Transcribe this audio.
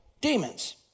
demons